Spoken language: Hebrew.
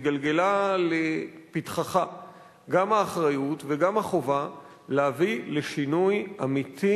התגלגלה לפתחך גם האחריות וגם החובה להביא לשינוי אמיתי,